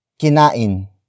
Kinain